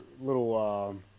little